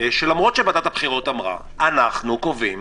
שלמרות שוועדת הבחירות אמרה, אנחנו קובעים